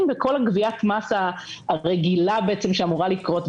וכל גביית המס הרגילה שאמורה לקרות.